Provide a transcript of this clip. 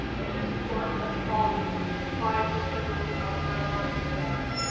i just want us all five to spend a little more time on it together.